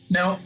Now